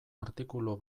artikulu